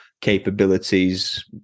capabilities